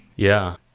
yeah.